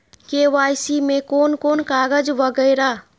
KYC में कोन कोन कागज वगैरा?